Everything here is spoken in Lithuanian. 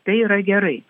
tai yra gerai